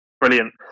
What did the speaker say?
Brilliant